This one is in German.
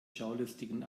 schaulustigen